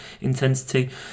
intensity